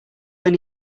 when